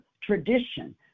tradition